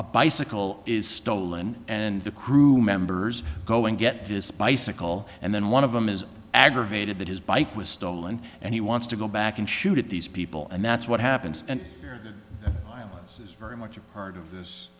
a bicycle is stolen and the crew members go and get his spicy call and then one of them is aggravated that his bike was stolen and he wants to go back and shoot at these people and that's what happens and i'm very much a part of this